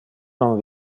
non